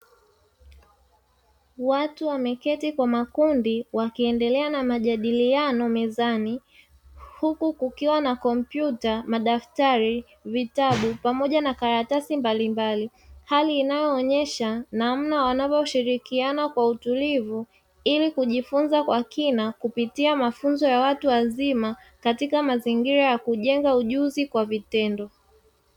Watu wameketi kwa makundi wakiendelea na majadiliano mezani, huku kukiwa na: kompyuta, madaftari, vitabu pamoja na karatasi mbalimbali. Hali inayoonyesha namna wanavoshirikiana kwa utulivu ili kujifunza kwa kina kupitia mafunzo ya watu wazima katika mazingira ya kujenga ujuzi kwa vitendo.